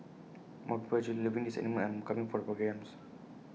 more people are actually loving these animals and coming for the programmes